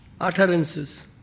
utterances